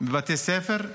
בבתי ספר,